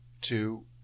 Two